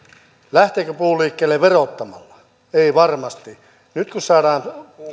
lähteekö puu liikkeelle verottamalla ei varmasti nyt kun saadaan